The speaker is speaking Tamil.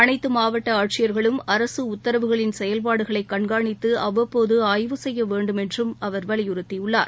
அளைத்து மாவட்ட ஆட்சியர்களும் அரசு உத்தரவுகளின் செயல்பாடுகளை கண்காணித்து அவ்வப்போது ஆய்வு செய்ய வேண்டும் என்றும் அவர் வலியுறுத்தியுள்ளார்